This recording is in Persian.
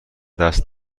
دست